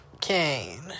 Kane